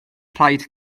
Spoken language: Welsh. rhaid